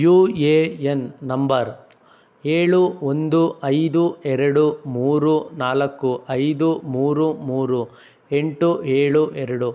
you A N number ಏಳು ಒಂದು ಐದು ಎರಡು ಮೂರು ನಾಲ್ಕು ಐದು ಮೂರು ಮೂರು ಎಂಟು ಏಳು ಎರಡು